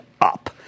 up